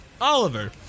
Oliver